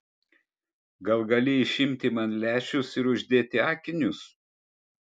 gal gali išimti man lęšius ir uždėti akinius